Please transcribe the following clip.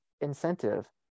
incentive